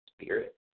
spirit